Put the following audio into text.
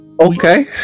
okay